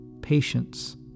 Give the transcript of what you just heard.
patience